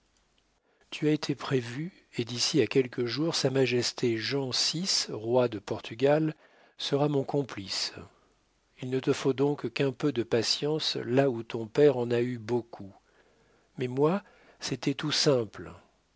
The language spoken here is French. tout a été prévu et d'ici à quelques jours sa majesté jean vi roi de portugal sera mon complice il ne te faut donc qu'un peu de patience là où ton père en a eu beaucoup mais moi c'était tout simple